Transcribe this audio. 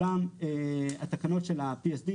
התקנות של ה-PSD,